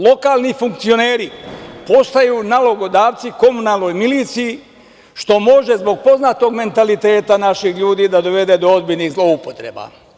Lokalni funkcioneri postaju nalogodavci komunalnoj miliciji, što može zbog poznatog mentaliteta naših ljudi da dovede do ozbiljnih zloupotreba.